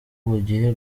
bugiye